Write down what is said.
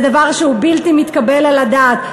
זה דבר שהוא בלתי מתקבל על הדעת.